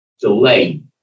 delay